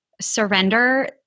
surrender